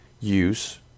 use